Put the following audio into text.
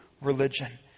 religion